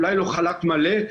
אולי לא חל"ת מלא,